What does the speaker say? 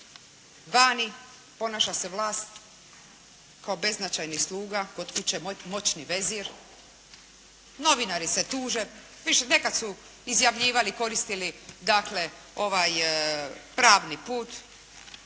Vani ponaša se vlast kao beznačajni sluga, kod kuće moćni vezir, novinari se tuže, nekad su izjavljivali, koristili dakle ovaj pravni put,